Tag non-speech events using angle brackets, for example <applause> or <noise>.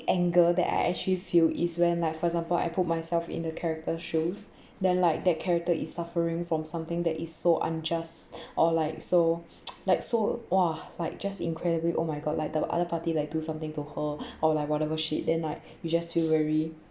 anger that I actually feel is when like for example I put myself in the character shows then like that character is suffering from something that is so unjust or like so <noise> like so !wah! like just incredibly oh my god like the other party like do something to her <breath> or like whatever shit then like you just feel very